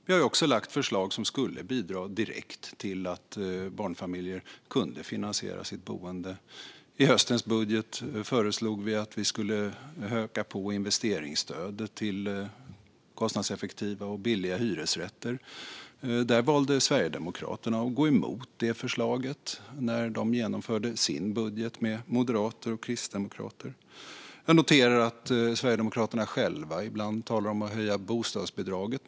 Vi har också lagt fram förslag som skulle bidra direkt till att barnfamiljer kunde finansiera sitt boende. I höstens budget föreslog vi att vi skulle öka investeringsstödet till kostnadseffektiva och billiga hyresrätter. Där valde Sverigedemokraterna att gå emot det förslaget när de genomförde sin budget med moderater och kristdemokrater. Jag noterar att Sverigedemokraterna själva ibland talar om att höja bostadsbidraget.